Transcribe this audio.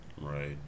Right